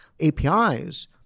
APIs